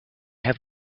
have